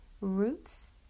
roots